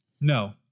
No